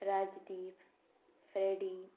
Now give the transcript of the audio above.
Rajdeep Freddy